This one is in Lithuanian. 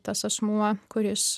tas asmuo kuris